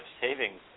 savings